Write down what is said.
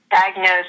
diagnose